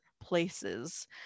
places